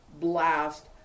blast